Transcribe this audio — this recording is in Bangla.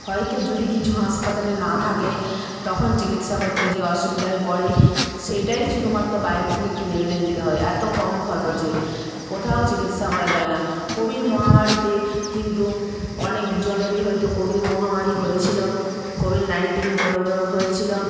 হয়তো যদি কিছু হাসপাতালে না থাকে তখন চিকিৎসা করতে যে অসুবিধায় পড়ে সেইটাই শুধুমাত্র বাইরে থেকে কিনে এনে দিতে হয় এত কম খরচে কোথাও চিকিৎসা করা যায় না কোভিড মহামারীতে কিন্তু অনেক জনেরই হয়তো কোভিড মহামারি হয়েছিলো কোভিড নাইন্টিন কো হয়েছিলো